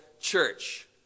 church